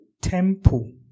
temple